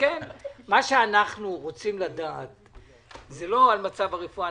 אנחנו רוצים לדעת לא על מצב הרפואה.